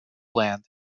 land